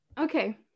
Okay